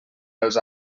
els